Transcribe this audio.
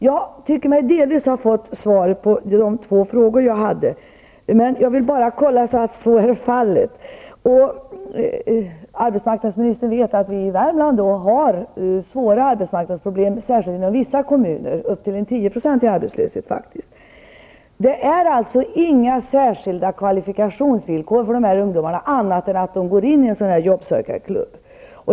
Jag tycker mig delvis ha fått svar på de två frågor jag hade, men jag vill kontrollera att så är fallet. Arbetsmarknadsministern vet att vi i Värmland har svåra arbetsmarknadsproblem, särskilt inom vissa kommuner, där arbetslösheten faktiskt kan ligga på upp till 10 %. Min första fråga är: Det är alltså inga särskilda kvalifikationsvillkor för dessa ungdomar annat än att de skall gå in i en jobbsökarklubb?